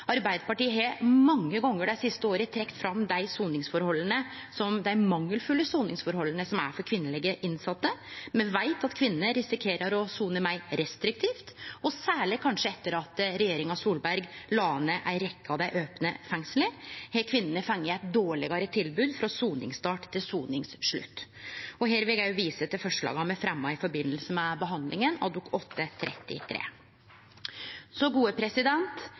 Arbeidarpartiet har mange gonger dei siste åra trekt fram dei mangelfulle soningsforholda for kvinnelege innsette. Me veit at kvinner risikerer å sone meir restriktivt. Kanskje særleg etter at regjeringa Solberg la ned ei rekkje av dei opne fengsla, har kvinnene fått dårlegare tilbod frå soningsstart til soningsslutt. Her vil eg vise til forslaga me fremja i samband med behandlinga av